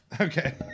Okay